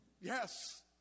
Yes